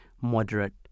moderate